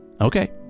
Okay